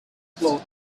float